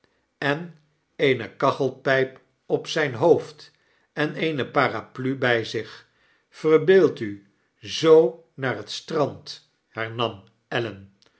en eene kachelprjp op zijn hoofd en eene paraplu bij zich verbeeld u zoo naar het strand hernam ellen